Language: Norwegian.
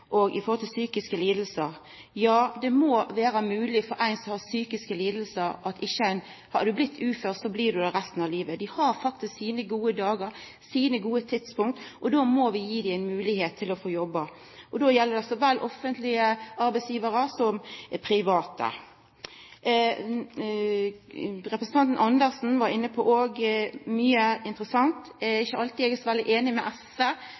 snakkar om uførleik og psykiske lidingar. Ja, det må vera mogleg for ein som har psykiske lidingar, ikkje å vera ufør resten av livet. Dei har faktisk sine gode dagar, sine gode tidspunkt. Då må ein gi dei ei moglegheit til å jobba. Det gjeld så vel offentlege som private arbeidsgivarar. Representanten Andersen var òg inne på mye interessant. Det er ikkje alltid eg er så veldig einig med SV,